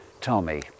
Tommy